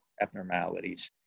abnormalities